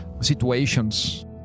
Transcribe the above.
situations